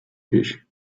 tisch